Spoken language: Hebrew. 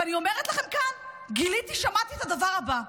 ואני אומרת לכם כאן, גיליתי, שמעתי את הדבר הבא.